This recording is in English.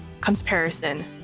comparison